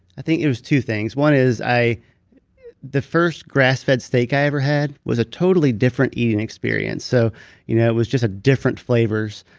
i think it was two things. one is the first grass-fed steak i ever had was a totally different eating experience. so you know it was just different flavors.